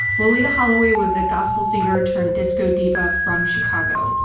loleatta holloway was a gospel singer turned disco diva from chicago.